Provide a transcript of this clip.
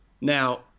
Now